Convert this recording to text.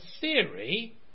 theory